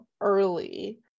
early